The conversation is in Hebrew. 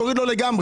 תוריד לו לגמרי.